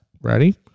Ready